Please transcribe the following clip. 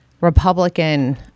Republican